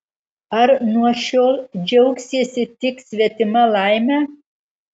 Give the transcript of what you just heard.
ar nuo šiol džiaugsiesi tik svetima laime